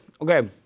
Okay